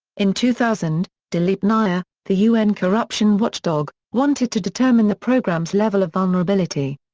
in two thousand, dileep nair, the un corruption watchdog, wanted to determine the programme's level of vulnerability.